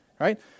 right